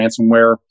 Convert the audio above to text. ransomware